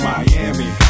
Miami